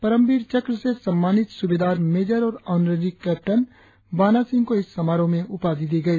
परमवीर चक्र से सम्मानित सूबेदार मेजर और ऑनरेरी कैप्टन बाना सिंह को इस समारोह में उपाधि दी गई